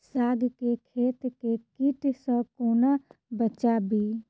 साग केँ खेत केँ कीट सऽ कोना बचाबी?